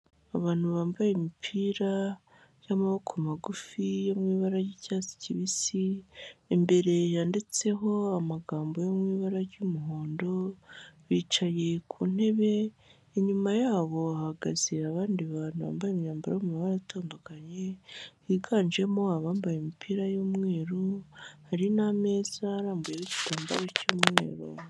Abantu bambaye imipira y'amaboko magufi yo mu ibara ry'icyatsi kibisi, imbere yanditseho amagambo yo mu ibara ry'umuhondo, bicaye ku ntebe inyuma yabo hahagaze abandi bantu bambaye imyambaro mu mabara atandukanye higanjemo abambaye imipira y'umweru, hari n'ameza arambuyeho igitambaro cy'umweru.